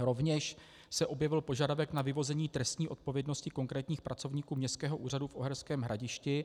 Rovněž se objevil požadavek na vyvození trestní odpovědnosti konkrétních pracovníků Městského úřadu v Uherském Hradišti.